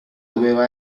doveva